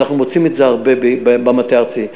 אנחנו מוצאים את זה הרבה במטה הארצי.